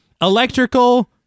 electrical